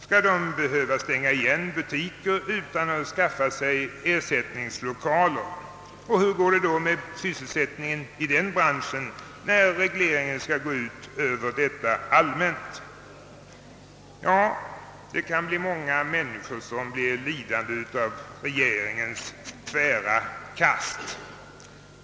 Skall man behöva stänga igen butiker utan att kunna skaffa sig ersättningslokaler? Hur går det med =: sysselsättningen inom =<:denna bransch när regleringen skall omfatta det hela? Ja, många människor kan bli lidande av regeringens tvära kast.